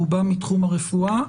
רובם מתחום הרפואה,